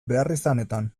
beharrizanetan